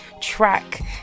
track